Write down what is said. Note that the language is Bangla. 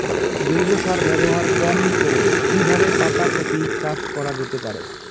জৈব সার ব্যবহার কম করে কি কিভাবে পাতা কপি চাষ করা যেতে পারে?